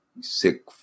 sick